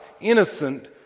innocent